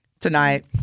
tonight